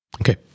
Okay